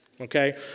okay